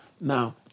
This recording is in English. now